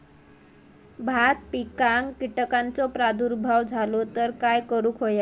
भात पिकांक कीटकांचो प्रादुर्भाव झालो तर काय करूक होया?